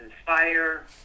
inspire